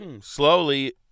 slowly